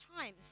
times